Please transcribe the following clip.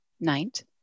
night